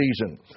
season